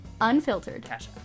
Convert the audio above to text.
unfiltered